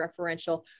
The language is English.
referential